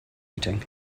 meeting